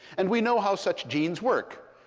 and we know how such genes work.